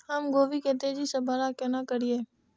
हम गोभी के तेजी से बड़ा केना करिए?